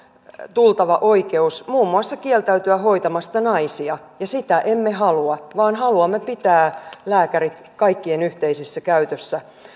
tultava oikeus muun muassa kieltäytyä hoitamasta naisia ja sitä emme halua vaan haluamme pitää lääkärit kaikkien yhteisessä käytössä